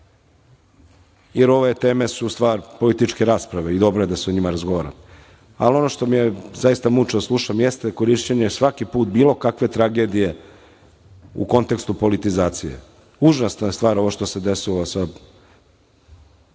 jer ove teme su stvar političke rasprave i dobro je da se o njima razgovara, ali ono što mi je zaista mučno da slušam jeste korišćenje svaki puta bilo kakve tragedije u kontekstu politizacije. Užasna je stvar ovo što se desilo